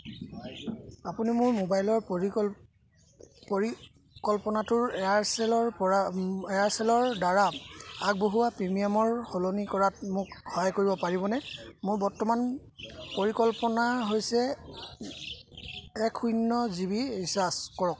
আপুনি মোৰ মোবাইল পৰিকল্পনাটো এয়াৰচেলৰ দ্বাৰা আগবঢ়োৱা প্ৰিমিয়ামলৈ সলনি কৰাত মোক সহায় কৰিব পাৰিবনে মোৰ বৰ্তমানৰ পৰিকল্পনা হৈছে এক শূন্য জিবি ৰিচাৰ্জ কৰক